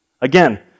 Again